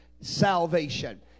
salvation